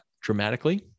dramatically